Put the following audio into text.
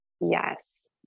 Yes